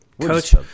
Coach